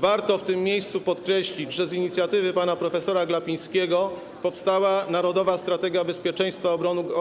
Warto w tym miejscu podkreślić, że z inicjatywy pana prof. Glapińskiego powstała Narodowa Strategia Bezpieczeństwa